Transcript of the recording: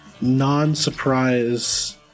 non-surprise